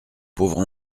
pauvre